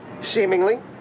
Seemingly